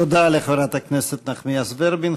תודה לחברת הכנסת נחמיאס ורבין.